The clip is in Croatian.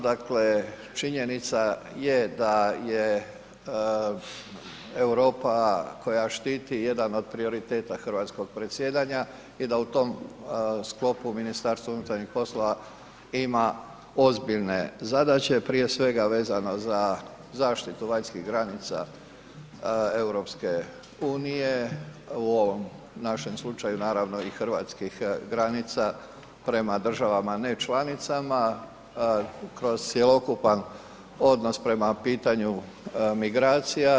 Dakle, činjenica je da je Europa koja štiti jedan od prioriteta hrvatskog predsjedanja i da u tom sklopu MUP ima ozbiljne zadaće prije svega vezano za zaštitu vanjskih granica EU, u ovom našem slučaju naravno i hrvatskih granica prema državama nečlanicama kroz cjelokupan odnos prema pitanju migracija.